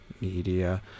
media